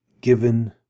given